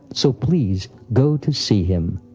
so please go to see him.